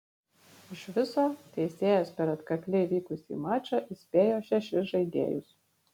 iš viso teisėjas per atkakliai vykusį mačą įspėjo šešis žaidėjus